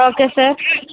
okay sir